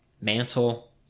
mantle